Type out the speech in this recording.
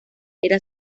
era